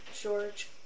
George